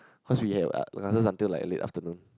cause we had uh classes like until late afternoon